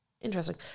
Interesting